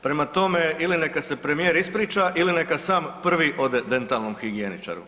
Prema tome, ili neka se premijer ispriča ili neka sam prvi ode dentalnom higijeničaru.